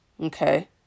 okay